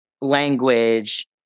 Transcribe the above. language